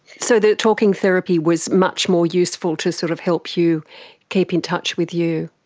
so the talking therapy was much more useful to sort of help you keep in touch with you.